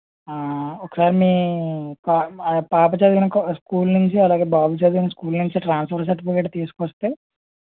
ఒకసారి మీ పా పాప చదివిన కా స్కూల్ నుంచి అలాగే బాబు చదివిన స్కూల్ నుంచి ట్రాన్స్ఫర్ సర్టిఫికెట్లు తీసుకుని వస్తే